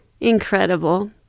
incredible